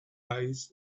eyes